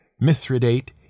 mithridate